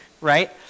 right